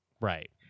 Right